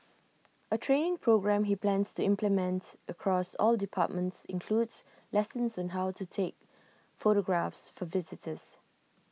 A training programme he plans to implements across all departments includes lessons on how to take photographs for visitors